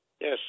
Yes